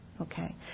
Okay